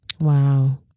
Wow